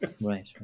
Right